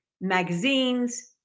magazines